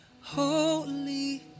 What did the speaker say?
holy